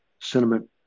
sentiment